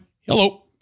Hello